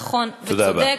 נכון וצודק.